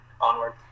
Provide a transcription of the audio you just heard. onward